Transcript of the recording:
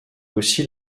aussi